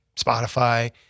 Spotify